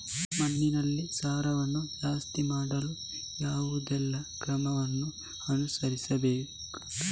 ಮಣ್ಣಿನಲ್ಲಿ ಸಾರವನ್ನು ಜಾಸ್ತಿ ಮಾಡಲು ಯಾವುದೆಲ್ಲ ಕ್ರಮವನ್ನು ಅನುಸರಿಸುತ್ತಾರೆ